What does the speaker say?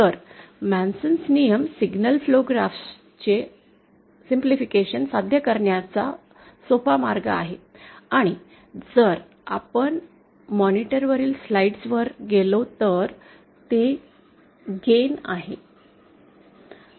तर मेसनचे Mason's नियम सिग्नल फ्लो ग्राफ चे सरलीकरण साध्य करण्याचा सोपा मार्ग आहेत आणि जर आपण मॉनिटर वरील स्लाइड्स वर गेलो तर ते गेन आहे